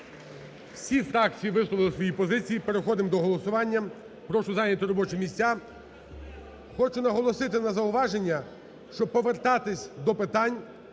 Всі фракції висловили свої позиції. Переходимо до голосування. Прошу зайняти робочі місця. Хочу наголосити на зауваження, щоб повертатись до питань